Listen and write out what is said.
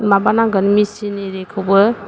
माबानांगोन machine एरिखौबो